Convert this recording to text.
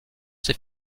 ses